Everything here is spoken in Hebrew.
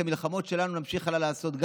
את המלחמות שלנו נמשיך הלאה לעשות,